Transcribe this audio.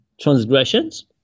transgressions